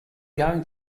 going